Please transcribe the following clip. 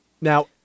Now